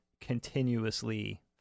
continuously